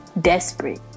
desperate